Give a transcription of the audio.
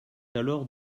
alors